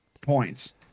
points